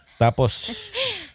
Tapos